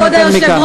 כבוד היושב-ראש,